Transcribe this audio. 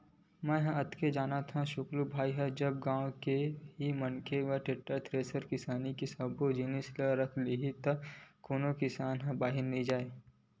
मेंहा अतका जानथव सुकालू भाई जब गाँव के ही मनखे टेक्टर, थेरेसर किसानी के सब्बो जिनिस ल रख लिही त कोनो किसान बाहिर नइ जाय